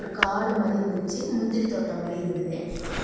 ஒரு காடு மாதிரி இருந்துச்சு முந்திரித்தோட்டம் மாதிரி இருந்தது